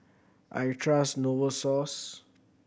I trust Novosource